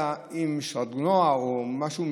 עם דרגנוע או משהו,